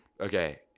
Okay